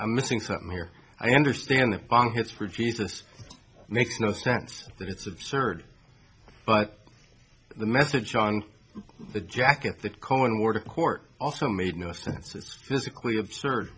i'm missing something here i understand that bong hits for jesus makes no sense that it's absurd but the message on the jacket that calling the order court also made no sense it's physically absurd